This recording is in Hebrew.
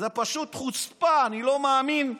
זאת פשוט חוצפה, אני לא מאמין,